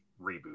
reboot